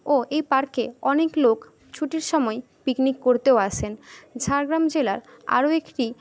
ও এই পার্কে অনেক লোক ছুটির সময় পিকনিক করতেও আসেন ঝাড়গ্রাম জেলার আরো একটি